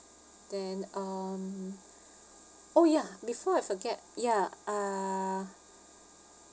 then um oh yeah before I forget ya uh